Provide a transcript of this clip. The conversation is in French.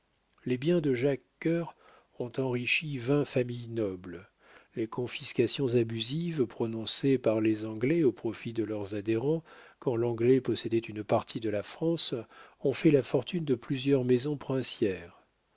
les biens de jacques cœur ont enrichi vingt familles nobles les confiscations abusives prononcées par les anglais au profit de leurs adhérents quand l'anglais possédait une partie de la france ont fait la fortune de plusieurs maisons princières